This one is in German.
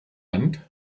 hand